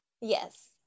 Yes